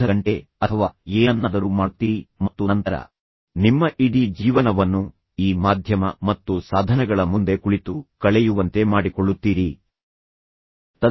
ಆದ್ದರಿಂದ ನೀವು ಎರಡು ಪಟ್ಟಿಗಳನ್ನು ಸಂಗ್ರಹಿಸಿದ್ದೀರಿ ಒಂದು ಎ ಯಿಂದ ಒಂದು ಬಿ ಯಿಂದ ಆದರೆ ಎರಡೂ ಸಂಪೂರ್ಣವಾಗಿ ನಿಜವಲ್ಲ ಆದರೆ ಅದು ಸಂಪೂರ್ಣವಾಗಿ ಇತರ ವ್ಯಕ್ತಿಗಳ ದುರ್ಗುಣಗಳ ಬಗ್ಗೆ ಮಾತನಾಡುತ್ತಿವೆ